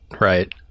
right